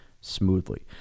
smoothly